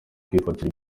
kwifatira